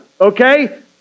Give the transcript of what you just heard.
Okay